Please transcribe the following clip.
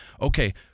okay